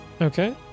Okay